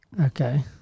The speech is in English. Okay